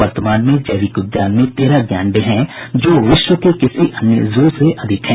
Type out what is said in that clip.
वर्तमान में जैविक उद्यान में तेरह गैंडे हैं जो विश्व के किसी अन्य जू से अधिक है